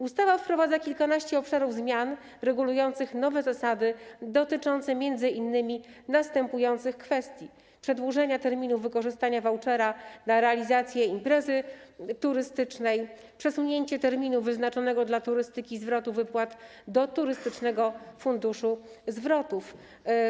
Ustawa wprowadza kilkanaście obszarów zmian regulujących nowe zasady dotyczące m.in. następujących kwestii: przedłużenia terminu wykorzystania vouchera na realizację imprezy turystycznej, przesunięcia terminu wyznaczonego dla turystyki zwrotu wypłat do Turystycznego Funduszu Zwrotów.